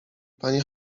panie